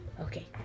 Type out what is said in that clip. Okay